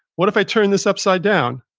what if i turn this upside down?